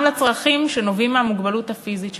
לצרכים שנובעים מהמוגבלות הפיזית שלו,